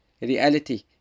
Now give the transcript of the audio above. reality